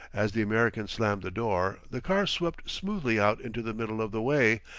as the american slammed the door, the car swept smoothly out into the middle of the way,